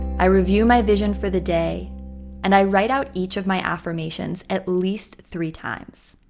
i review my vision for the day and i write out each of my affirmations at least three times.